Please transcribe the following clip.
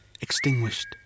extinguished